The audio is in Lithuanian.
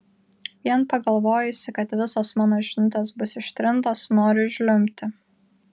vien pagalvojusi kad visos mano žinutės bus ištrintos noriu žliumbti